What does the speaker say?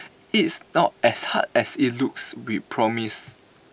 it's not as hard as IT looks we promise